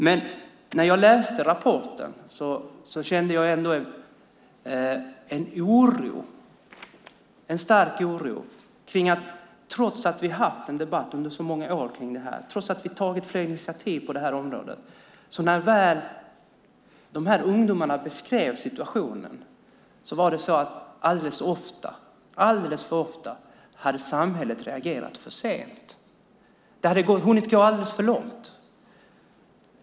Men när jag läste rapporten kände jag ändå en stark oro. Trots att vi haft en debatt under så många år om detta och trots att vi tagit flera initiativ på det här området är situationen enligt vad ungdomarna beskriver den att samhället alldeles för ofta har reagerat för sent. Det har hunnit gå alldeles för långt.